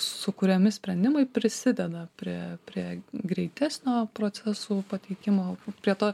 sukuriami sprendimai prisideda prie prie greitesnio procesų pateikimo prie to